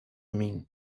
mim